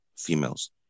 females